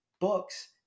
books